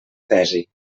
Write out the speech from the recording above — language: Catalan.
tesi